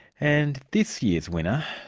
and this year's winner,